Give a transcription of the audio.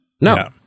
No